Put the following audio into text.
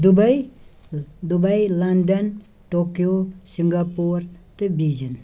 Dubai Dubai London Tokyo Singapore تہٕ Beijing